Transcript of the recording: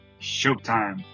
Showtime